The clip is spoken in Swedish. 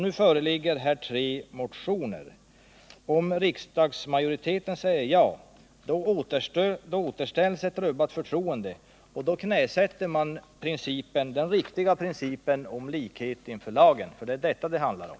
Nu föreligger tre motioner i detta ärende. Om riksdagsmajoriteten säger ja till dessa återställs ett rubbat förtroende, och då knäsätts den riktiga principen om likhet inför lagen. Det är detta det handlar om.